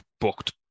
booked